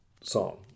song